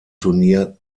turnier